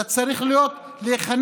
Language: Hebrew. אתה צריך להיכנע